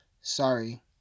sorry